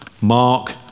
mark